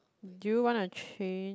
do you wanna change